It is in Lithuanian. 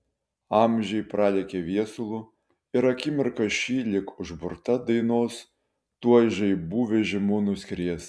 amžiai pralekia viesulu ir akimirka ši lyg užburta dainos tuoj žaibų vežimu nuskries